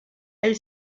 elle